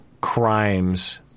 crimes